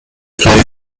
play